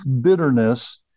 bitterness